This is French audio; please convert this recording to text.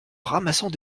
ramassant